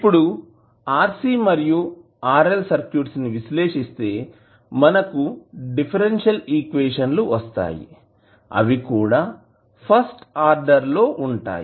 ఇప్పుడు RC మరియు RL circuits ని విశ్లేషిస్తే మనకు డిఫరెన్షియల్ ఈక్వేషన్ లు వస్తాయి అవి కూడా ఫస్ట్ ఆర్డర్ లో ఉంటాయి